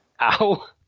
Ow